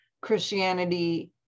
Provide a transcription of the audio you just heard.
Christianity